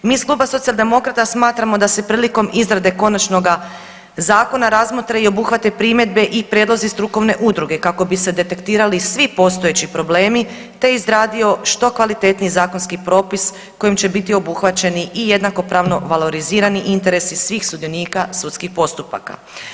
Mi iz Kluba Socijaldemokrata smatramo da se prilikom izrade konačnoga zakona razmotre i obuhvate primjedbe i prijedlozi strukovne udruge kako bi se detektirali svi postojeći problemi te izradio što kvalitetniji zakonski propis kojim će biti obuhvaćeni i jednakopravno valorizirani interesi svih sudionika sudskih postupaka.